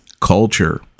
culture